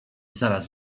zaraz